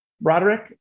Broderick